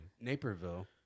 Naperville